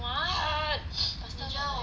why ah som~